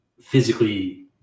physically